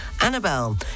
Annabelle